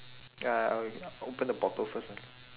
ya I will I open the bottle first ah